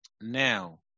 Now